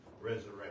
resurrection